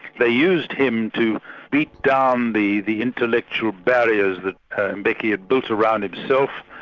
they used him to beat down the the intellectual barriers that mbeki had built around itself,